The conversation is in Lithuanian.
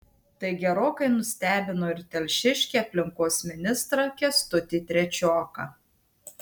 tai gerokai nustebino ir telšiškį aplinkos ministrą kęstutį trečioką